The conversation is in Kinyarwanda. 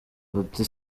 bati